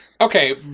Okay